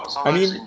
I mean